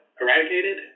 eradicated